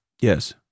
Yes